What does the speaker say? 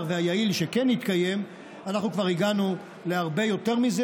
והיעיל שכן התקיים אנחנו כבר הגענו להרבה יותר מזה,